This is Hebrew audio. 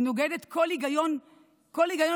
היא נוגדת כל היגיון שהוא,